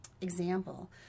example